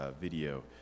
video